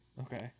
Okay